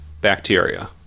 bacteria